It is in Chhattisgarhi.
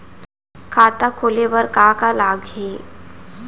खाता खोले बार का का लागही?